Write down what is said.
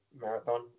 marathon